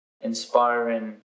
inspiring